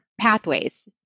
pathways